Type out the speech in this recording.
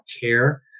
care